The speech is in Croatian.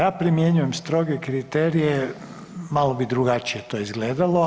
Da primjenjujem stroge kriterije malo bi drugačije to izgledalo.